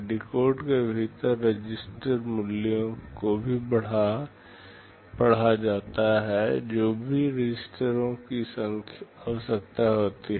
decode के भीतर register मूल्यों को भी पढ़ा जाता है जो भी रजिस्टरों की आवश्यकता होती है